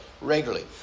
regularly